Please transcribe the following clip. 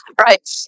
Right